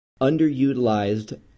underutilized